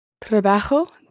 Trabajo